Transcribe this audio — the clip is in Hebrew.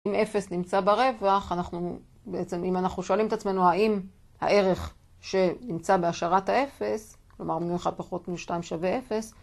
אם אפס נמצא ברווח, אנחנו בעצם, אם אנחנו שואלים את עצמנו האם הערך שנמצא בהשארת האפס, כלומר מינוס 1 פחות מינוס 2 שווה אפס,